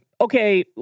Okay